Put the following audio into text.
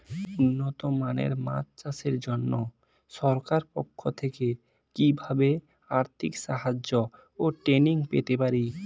উন্নত মানের মাছ চাষের জন্য সরকার পক্ষ থেকে কিভাবে আর্থিক সাহায্য ও ট্রেনিং পেতে পারি?